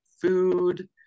food